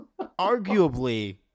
arguably